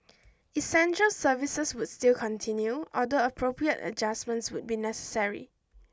essential services would still continue although appropriate adjustments would be necessary